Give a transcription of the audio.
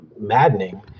maddening